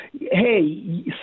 hey